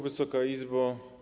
Wysoka Izbo!